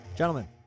Gentlemen